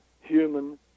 human